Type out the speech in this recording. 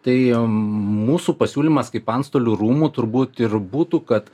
tai mūsų pasiūlymas kaip antstolių rūmų turbūt ir būtų kad